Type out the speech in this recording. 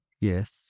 Yes